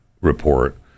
report